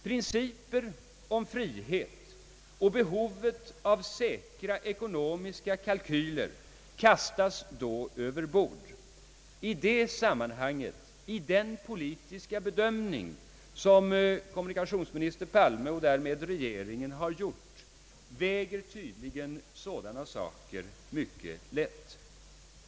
Principen om frihet och behovet av säkra ekonomiska kalkyler kastas då över bord. I den politiska bedömning som kommunikationsminister Palme och därmed regeringen har gjort i sammanhanget väger tydligen sådant mycket lätt. Herr talman!